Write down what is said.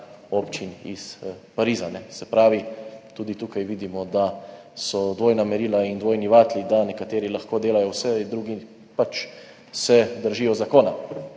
občin iz Pariza. Se pravi, tudi tukaj vidimo, da so dvojna merila in dvojni vatli, da nekateri lahko delajo vse, drugi se pač držijo zakona.